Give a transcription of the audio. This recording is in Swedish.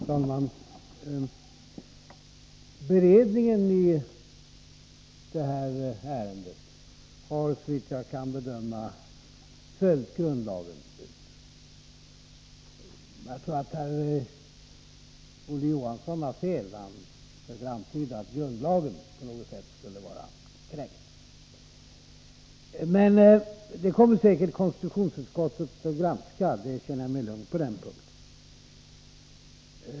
Herr talman! Beredningen i detta ärende har, såvitt jag kan bedöma, följt grundlagens bud. Jag tror att herr Olof Johansson har fel när han försöker antyda att grundlagen på något sätt skulle vara kränkt. Men det kommer säkert konstitutionsutskottet att granska — jag känner mig lugn på den punkten.